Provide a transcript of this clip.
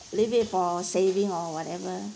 leave it for saving or whatever